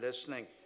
listening